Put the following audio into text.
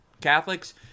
Catholics